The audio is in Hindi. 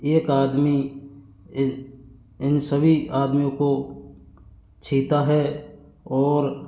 एक आदमी इन सभी आदमियों को छीता है और